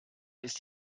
ist